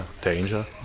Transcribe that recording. danger